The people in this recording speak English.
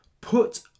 put